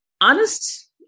honest